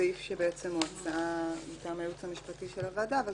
זה סעיף שהוא הצעה מטעם הייעוץ המשפטי של הוועדה אבל